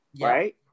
Right